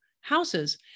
houses